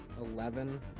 eleven